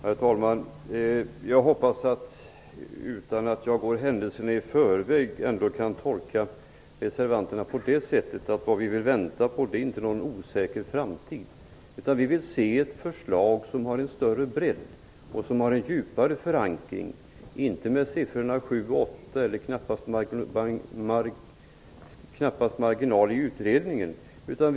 Herr talman! Jag hoppas att jag, utan att gå händelserna i förväg, kan tolka reservanterna som att det vi vill vänta på inte är en osäker framtid. Vi vill se ett förslag med en större bredd och djupare förankring, inte med siffrorna 7--8 eller knappaste möjliga marginal i utredningen.